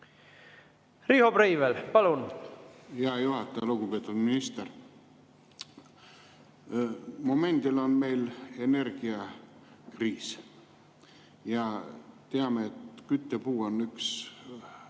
Riho Breivel, palun! Hea juhataja! Lugupeetud minister! Momendil on meil energiakriis ja me teame, et küttepuu on üks